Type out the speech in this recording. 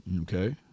Okay